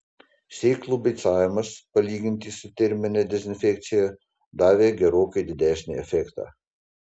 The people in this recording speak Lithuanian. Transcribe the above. sėklų beicavimas palyginti su termine dezinfekcija davė gerokai didesnį efektą